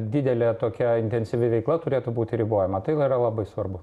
didelė tokia intensyvi veikla turėtų būti ribojama tai yra labai svarbu